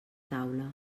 taula